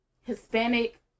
Hispanic